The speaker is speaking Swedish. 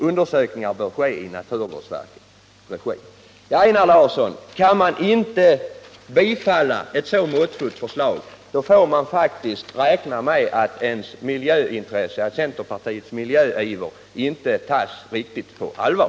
Undersökningar bör ske i naturvårdsverkets regi.” Ja, Einar Larsson, kan man inte bifalla ett så måttfullt krav får man faktiskt räkna med att ens miljöintresse och centerns miljöiver inte tas riktigt på allvar.